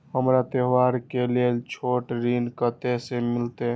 हमरा त्योहार के लेल छोट ऋण कते से मिलते?